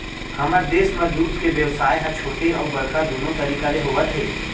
हमर देस म दूद के बेवसाय ह छोटे अउ बड़का दुनो तरीका ले होवत हे